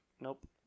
Nope